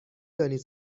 دانید